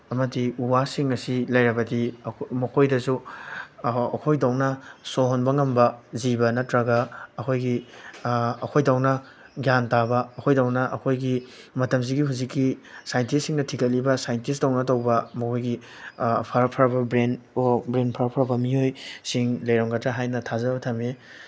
ꯑꯃꯗꯤ ꯎ ꯋꯥꯁꯤꯡ ꯑꯁꯤ ꯂꯩꯔꯕꯗꯤ ꯃꯈꯣꯏꯗꯁꯨ ꯑꯩꯈꯣꯏꯗꯧꯅ ꯁꯣꯔ ꯍꯣꯟꯕ ꯉꯝꯕ ꯖꯤꯕ ꯅꯠꯇ꯭ꯔꯒ ꯑꯩꯈꯣꯏꯒꯤ ꯑꯩꯈꯣꯏꯗꯧꯅ ꯒ꯭ꯌꯥꯟ ꯇꯥꯕ ꯑꯩꯈꯣꯏꯗꯧꯅ ꯑꯩꯈꯣꯏꯒꯤ ꯃꯇꯝꯁꯤꯒꯤ ꯍꯧꯖꯤꯛꯀꯤ ꯁꯥꯏꯟꯇꯤꯁꯁꯤꯡꯅ ꯊꯤꯒꯠꯂꯤꯕ ꯁꯥꯏꯟꯇꯤꯁꯇꯧꯅ ꯇꯧꯕ ꯃꯈꯣꯏꯒꯤ ꯐꯔ ꯐꯔꯕ ꯕ꯭ꯔꯦꯟ ꯕ꯭ꯔꯦꯟ ꯐꯔ ꯐꯔ ꯃꯤꯑꯣꯏꯁꯤꯡ ꯂꯩꯔꯝꯒꯗ꯭ꯔꯥ ꯍꯥꯏꯅ ꯊꯥꯖꯕ ꯊꯝꯃꯤ